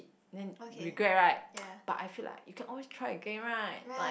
then regret right but I feel like you can always try again right like